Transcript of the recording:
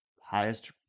highest